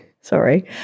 Sorry